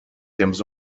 temos